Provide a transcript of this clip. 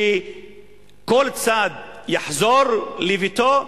שכל צד יחזור לביתו.